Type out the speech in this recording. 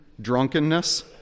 drunkenness